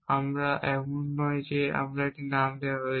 আমরা এমন নই যে এটিকে একটি নাম দেওয়া হয়েছে